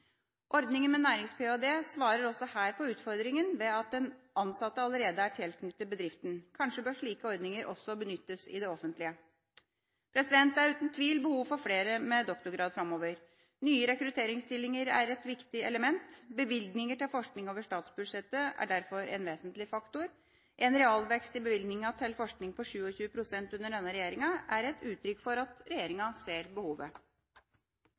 med nærings-ph.d. svarer også her på utfordringa ved at den ansatte allerede er tilknyttet bedriften. Kanskje bør slike ordninger også benyttes i det offentlige? Det er uten tvil behov for flere med doktorgrad framover. Nye rekrutteringsstillinger er et viktig element. Bevilgninger til forskning over statsbudsjettet er derfor en vesentlig faktor. En realvekst i bevilgningene til forskning på 27 pst. under denne regjeringa er et uttrykk for at regjeringa ser behovet.